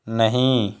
नहीं